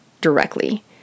directly